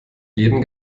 jeden